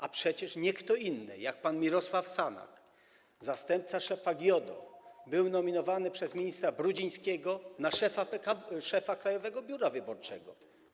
A przecież nie kto inny jak pan Mirosław Sanek, zastępca szefa GIODO, był nominowany przez ministra Brudzińskiego na szefa Krajowego Biura Wyborczego.